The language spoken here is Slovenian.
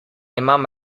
imam